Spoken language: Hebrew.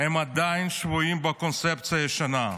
עדיין שבויים בקונספציה ישנה.